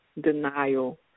denial